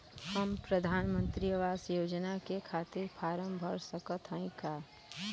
हम प्रधान मंत्री आवास योजना के खातिर फारम भर सकत हयी का?